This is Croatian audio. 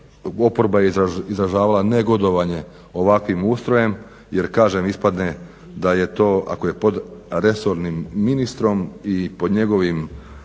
oporba je izražavala negodovanje ovakvim ustrojem jer kažem da ispadne ako je pod resornim ministrom i pod njegovim